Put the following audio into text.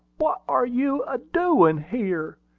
what are you a-doin' here?